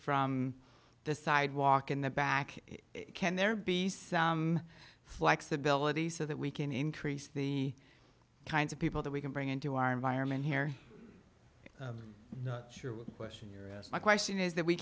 from the sidewalk in the back can there be some flexibility so that we can increase the kinds of people that we can bring into our environment here not sure what question your question is that we